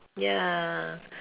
ya